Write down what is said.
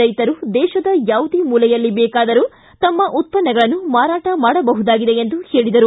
ರೈತರು ದೇಶದ ಯಾವುದೇ ಮೂಲೆಯಲ್ಲಿ ಬೇಕಾದರೂ ತಮ್ಮ ಉತ್ತನ್ನಗಳನ್ನು ಮಾರಾಟ ಮಾಡಬಹುದಾಗಿದೆ ಎಂದು ಹೇಳಿದರು